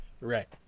Right